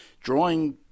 drawing